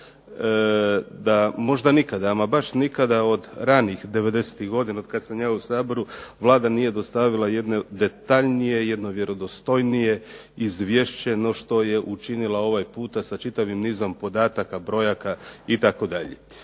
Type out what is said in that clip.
da možda nikada, ama baš nikada, od ranih '90.-tih godina otkad sam ja u Saboru Vlada nije dostavila jedno detaljnije, jedno vjerodostojnije izvješće no što je učinila ovaj puta sa čitavim nizom podataka, brojaka itd.